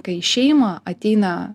kai į šeimą ateina